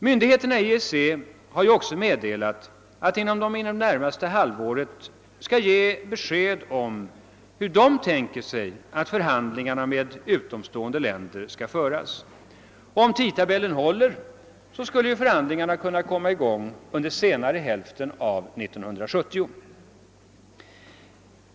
Myndigheterna i EEC har också meddelat, att de inom det närmaste halvåret skall ge besked om hur de tänker sig att förhandlingarna med utomstående länder skall föras. Om tidtabellen håller, skulle förhandlingarna kunna komma i gång under senare hälften av 1970.